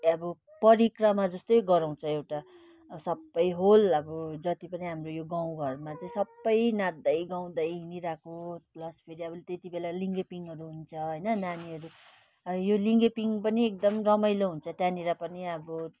अब परिक्रमा जस्तै गराउँछ एउटा सबै होल अब जति पनि हाम्रो यो गाउँ घरमा चाहिँ सबै नाच्दै गाउँदै हिँडिरहेको प्लस फेरि अब त्यति बेला लिङ्गेपिङहरू हुन्छ होइन नानीहरू यो लिङ्गेपिङ पनि एकदम रमाइलो हुन्छ त्यहाँनिर पनि अब